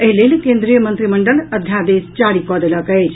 एहि लेल कोन्द्रीय मंत्रिमंडल अध्यादेश जारी कऽ देलक अछि